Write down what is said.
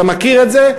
אתה מכיר את זה?